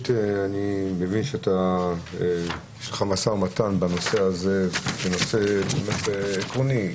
אני מבין שיש לך משא ומתן בנושא הזה כנושא עקרוני,